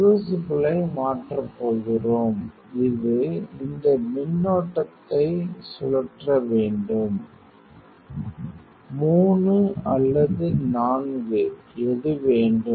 க்ரூசிபிளை மாற்றப் போகிறோம் இது இந்த மின்னோட்டத்தை சுழற்ற வேண்டும் பார்க்க Ti 3505 3 அல்லது 4 எது வேண்டும்